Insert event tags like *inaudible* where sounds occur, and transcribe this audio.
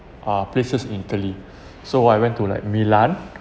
uh places in italy *breath* so I went to like milan